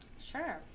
Sure